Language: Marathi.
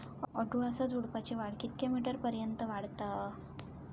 अडुळसा झुडूपाची वाढ कितक्या मीटर पर्यंत वाढता?